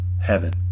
heaven